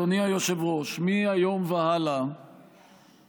אדוני היושב-ראש, מהיום והלאה